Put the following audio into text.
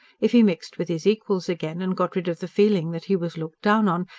if he mixed with his equals again and got rid of the feeling that he was looked down on,